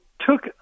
took